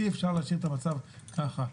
אי-אפשר להשאיר את המצב ככה.